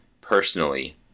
personally